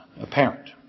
Apparent